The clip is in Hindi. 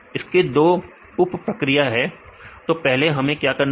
इसके दो उपप्रक्रिया हैं तो पहले हमें क्या करना है